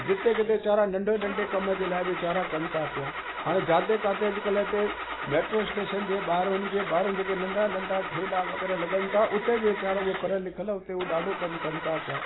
जिते किथे वेचारा नंढे नंढे कम जे लाइ वेचारा कनि था पिया हाणे जिते किथे अॼकल्ह हिते मेट्रो स्टेशन जे ॿाहिरि उनजे ॿाहिरि जेको नंढा नंढा ठेला वगै़राह लगनि था उते वेचारा हूअ पढ़यल लिखियल उते ॾाढो कम कनि था पिया